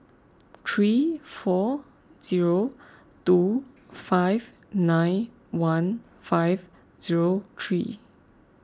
three four zero two five nine one five zero three